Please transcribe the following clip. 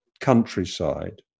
countryside